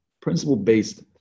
principle-based